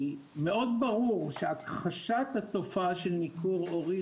מאוד ברור שהכחשת התופעה של ניכור הורי